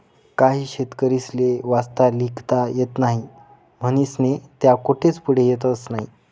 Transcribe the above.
काही शेतकरीस्ले वाचता लिखता येस नही म्हनीस्नी त्या कोठेच पुढे येतस नही